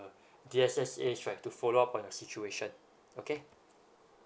D_S_S_As right to follow up on your situation okay